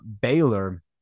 baylor